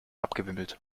abgewimmelt